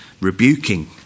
rebuking